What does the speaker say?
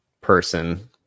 person